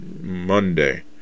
Monday